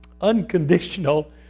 unconditional